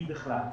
אם בכלל,